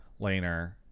laner